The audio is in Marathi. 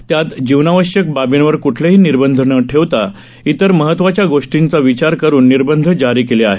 त्यात जीवनावश्यक बाबींवर क्ठलेही निर्बंध न ठेवता इतर महत्त्वाच्या गोष्पींचा विचार करून निर्बंध जारी केले आहेत